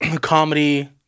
comedy